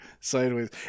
sideways